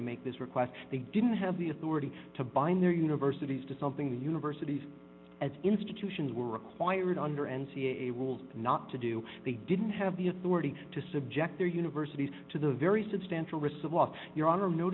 to make this request they didn't have the authority to bind their universities to something that universities as institutions were required under n c a a rules not to do they didn't have the authority to subject their universities to the very substantial risk of off your honor n